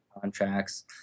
contracts